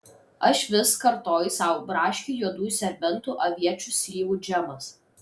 aš vis kartoju sau braškių juodųjų serbentų aviečių slyvų džemas